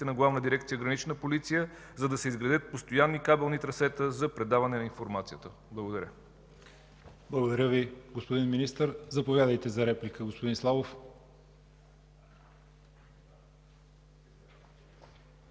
на Главна дирекция „Гранична полиция”, за да се изградят постоянни кабелни трасета за предаване на информацията. Благодаря. ПРЕДСЕДАТЕЛ ЯВОР ХАЙТОВ: Благодаря Ви, господин Министър. Заповядайте за реплика, господин Славов.